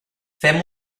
fem